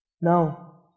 Now